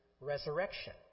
resurrection